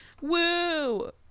woo